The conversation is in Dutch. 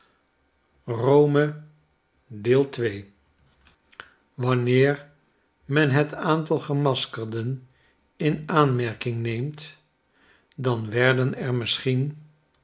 wanneer men het aantal gemaskerden in aanmerking neemt dan werden er misschien